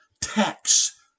tax